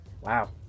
Wow